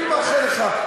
אני מאחל לך,